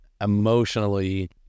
emotionally